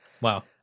Wow